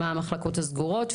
מה המחלקות הסגורות.